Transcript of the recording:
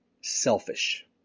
selfish